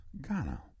Ghana